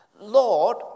Lord